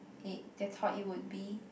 they they thought it would be